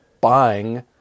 buying